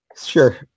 sure